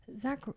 Zach